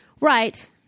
right